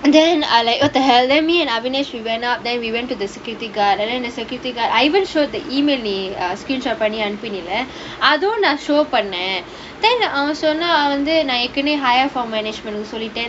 and then ah like what the hell then me and ahvanesh we went up then we went to the security guard and then the security guard I even show the email screenshot பண்ணி அனுபுனியல அதுவும் நான்:panni anupuniyala athuvum naan show பண்ணேன்:pannaen then அவன் சொன்னா வந்து நான் ஏற்கனவே:avan sonnaa vanthu naan erkanavae higher for management டுக்கு சொல்லிட்டேன்:tukku sollittaen